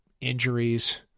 injuries